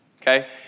okay